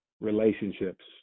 relationships